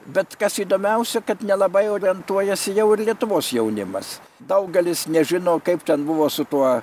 bet kas įdomiausia kad nelabai orientuojasi jau ir lietuvos jaunimas daugelis nežino kaip ten buvo su tuo